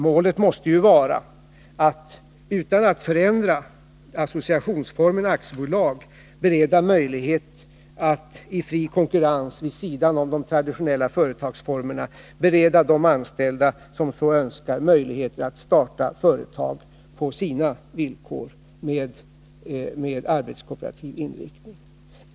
Målet måste ju vara att utan att förändra associationsformen aktiebolag bereda möjligheter för de anställda som så önskar att på sina villkor och i fri konkurrens vid sidan av de traditionella företagsformerna starta företag med arbetskooperativ inriktning.